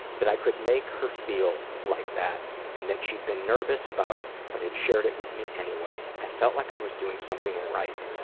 that i could make her feel like that and that she'd been nervous about it but had shared it with me anyway. i felt like i was doing something right,